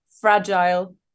fragile